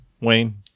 Wayne